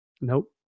Nope